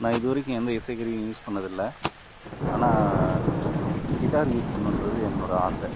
நான் இதுவரைக்கு எந்த இசைக்கருவியும் யூஸ் பண்ணது இல்லை ஆனால் கிட்டார் யூஸ் பண்ணுன்றது என்னோட ஆசை